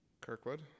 Kirkwood